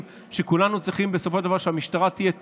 שכולנו צריכים בסופו של דבר שהמשטרה תהיה טובה,